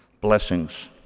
Blessings